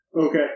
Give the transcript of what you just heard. Okay